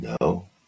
No